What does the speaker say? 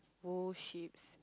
wool sheeps